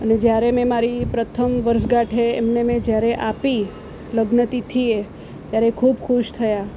જ્યારે મેં મારી પ્રથમ વર્ષગાંઠે એમને મેં જ્યારે આપી લગ્નતિથીએ ત્યારે ખૂબ ખુશ થયા